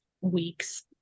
week's